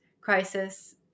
crisis